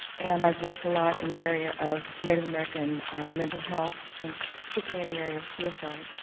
and i've worked a lot in the area of native american mental health and particularly in the area of suicide.